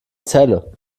celle